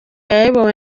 yayobowe